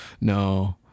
No